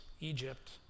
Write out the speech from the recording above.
Egypt